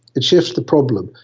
it shifts the problem.